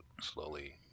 slowly